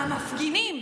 המפגינים.